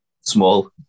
Small